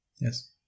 Yes